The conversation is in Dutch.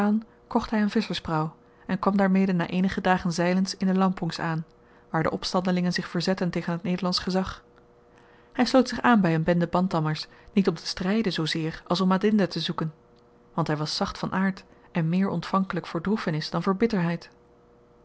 kocht hy een visschersprauw en kwam daarmede na eenige dagen zeilens in de lampongs aan waar de opstandelingen zich verzetten tegen het nederlandsch gezag hy sloot zich aan by een bende bantammers niet om te stryden zoozeer als om adinda te zoeken want hy was zacht van aard en meer ontvankelyk voor droefenis dan voor bitterheid